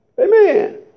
Amen